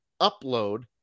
Upload